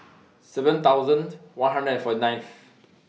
seven thousand one hundred and forty ninth